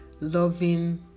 loving